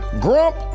Grump